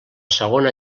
segona